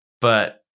But-